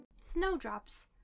Snowdrops